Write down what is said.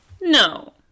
no